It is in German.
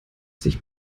sich